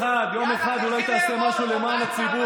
תתחיל לארוז,